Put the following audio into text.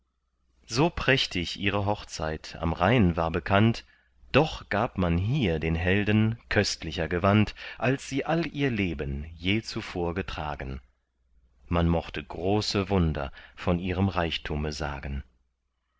so prächtig ihre hochzeit am rhein war bekannt doch gab man hier den helden köstlicher gewand als sie all ihr leben je zuvor getragen man mochte große wunder von ihrem reichtume sagen